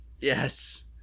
yes